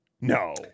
No